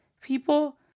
people